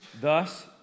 Thus